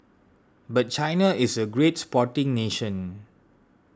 but China is a great sporting nation